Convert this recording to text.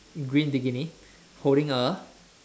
green bikini holding a